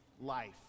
life